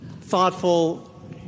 thoughtful